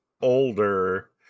older